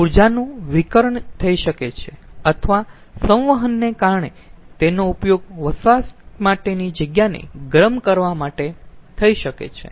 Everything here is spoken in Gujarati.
આ ઊર્જાનું વિકિરણ થઈ શકે છે અથવા સંવહનને કારણે તેનો ઉપયોગ વસવાટ માટેની જગ્યાને ગરમ કરવા માટે થઈ શકે છે